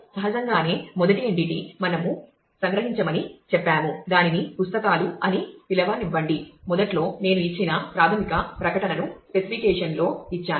సహజంగానే మొదటి ఎంటిటీ మనము సంగ్రహించమని చెప్పాము దానిని పుస్తకాలు అని పిలవనివ్వండి మొదట్లో నేను ఇచ్చిన ప్రాథమిక ప్రకటనను స్పెసిఫికేషన్లో ఇచ్చాను